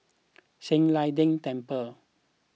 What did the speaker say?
San Lian Deng Temple